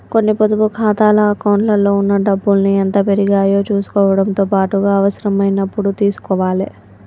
కొన్ని పొదుపు ఖాతాల అకౌంట్లలో ఉన్న డబ్బుల్ని ఎంత పెరిగాయో చుసుకోవడంతో పాటుగా అవసరమైనప్పుడు తీసుకోవాలే